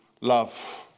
love